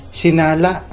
sinala